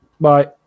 Bye